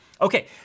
Okay